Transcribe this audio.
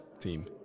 team